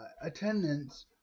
attendance